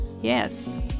Yes